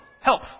help